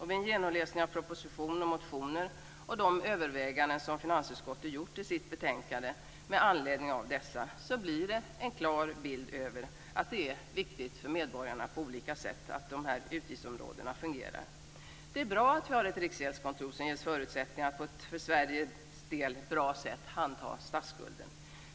Vid en genomläsning av propositionen, motionerna och de överväganden som finansutskottet har gjort i sitt betänkande med anledning av dessa blir det en klar bild av att det är viktigt för medborgarna på olika sätt att de här utgiftsområdena fungerar. Det är bra att vi har ett riksgäldskontor som ges förutsättningar att på ett för Sveriges del bra sätt handha statsskulden.